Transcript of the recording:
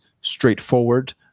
straightforward